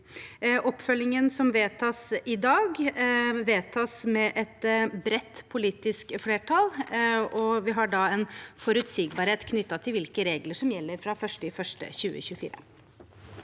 Oppfølgingen som vedtas i dag, vedtas med et bredt politisk flertall, og da har vi en forutsigbarhet knyttet til hvilke regler som gjelder fra 1. januar 2024.